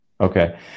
Okay